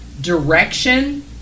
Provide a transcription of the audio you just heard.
direction